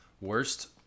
Worst